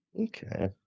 okay